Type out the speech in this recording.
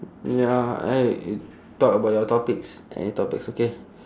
ya I talk about your topics any topics okay